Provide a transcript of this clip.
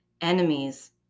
enemies